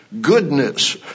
goodness